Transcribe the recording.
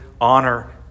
honor